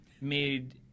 made